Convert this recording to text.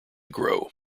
grow